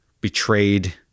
betrayed